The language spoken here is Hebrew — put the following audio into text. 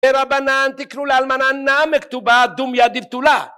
ורבנן תיקנו לאלמנה נמי כתובה, דומיא דבתולה.